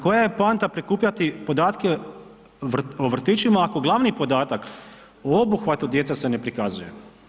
Koja je poanta prikupljati podatke o vrtićima, ako glavni podatak o obuhvatu djece se prikazuje?